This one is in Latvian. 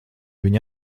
viņi